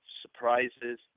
surprises